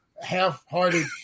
half-hearted